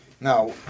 Now